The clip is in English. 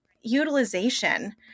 Utilization